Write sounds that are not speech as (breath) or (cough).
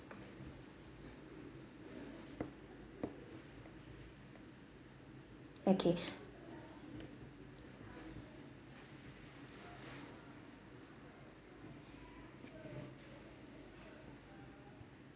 okay (breath)